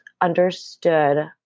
understood